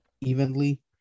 evenly